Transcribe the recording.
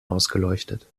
ausgeleuchtet